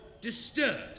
disturbed